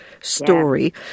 story